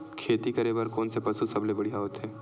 खेती करे बर कोन से पशु सबले बढ़िया होथे?